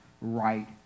right